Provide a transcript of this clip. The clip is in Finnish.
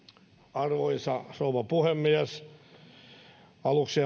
arvoisa rouva puhemies aluksi